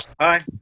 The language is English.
Hi